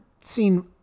seen